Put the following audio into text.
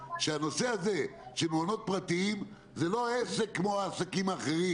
שהנושא הזה של מעונות פרטיים זה לא עסק כמו העסקים האחרים.